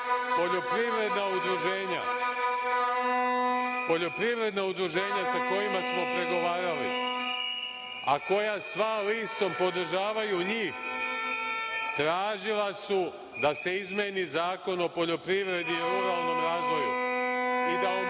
Poljoprivredna udruženja sa kojima smo pregovarali, a koja sva listom podržavaju njih, tražila su da se izmeni Zakon o poljoprivredi i ruralnom razvoju i da omogućimo